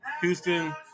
Houston